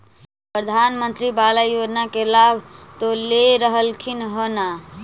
प्रधानमंत्री बाला योजना के लाभ तो ले रहल्खिन ह न?